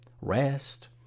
REST